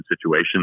situation